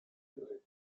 really